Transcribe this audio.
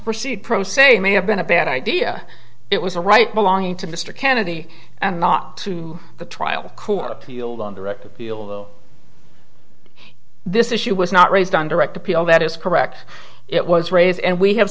proceed pro se may have been a bad idea it was a right belonging to mr kennedy and not to the trial court of appeal on direct appeal this issue was not raised on direct appeal that is correct it was raised and we have